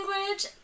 language